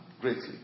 greatly